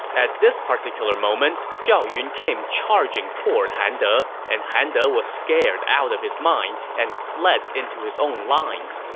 at this particular moment, zhao yun came charging toward han de, and han de was scared out of his mind and fled into his own lines.